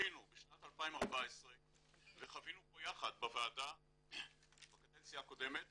זכינו בשנת 2014 וחווינו פה יחד בוועדה בקדנציה הקודמת